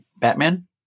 Batman